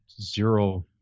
zero